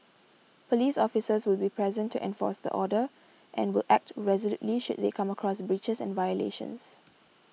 police officers will be present to enforce the order and will act resolutely should they come across breaches and violations